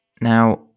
Now